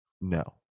No